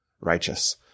righteous